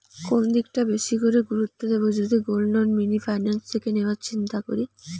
কোন দিকটা বেশি করে গুরুত্ব দেব যদি গোল্ড লোন মিনি ফাইন্যান্স থেকে নেওয়ার চিন্তা করি?